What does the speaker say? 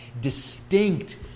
distinct